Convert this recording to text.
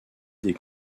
des